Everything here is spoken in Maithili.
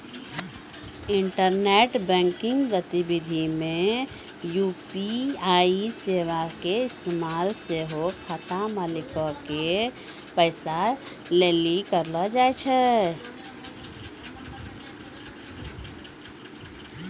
इंटरनेट बैंकिंग गतिविधि मे यू.पी.आई सेबा के इस्तेमाल सेहो खाता मालिको के पैसा दै लेली करलो जाय छै